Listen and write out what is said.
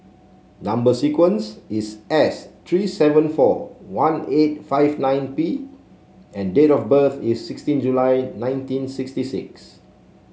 number sequence is S three seven four one eight five nine P and date of birth is sixteen July nineteen sixty six